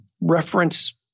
reference